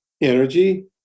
energy